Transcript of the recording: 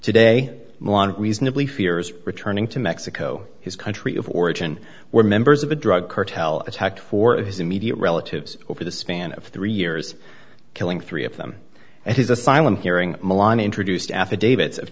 today reasonably fears returning to mexico his country of origin where members of a drug cartel attacked four of his immediate relatives over the span of three years killing three of them at his asylum hearing milan introduced affidavits of